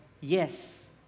Yes